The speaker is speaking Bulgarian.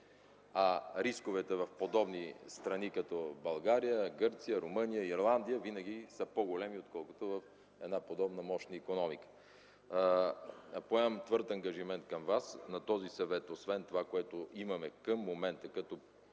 а рисковете в подобни страни като в България, Гърция, Румъния, Ирландия винаги са по-големи, отколкото в една подобна мощна икономика. Поемам твърд ангажимент към Вас на този съвет – освен за това, което имаме към момента, като